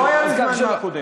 לא היה לי זמן מהקודם.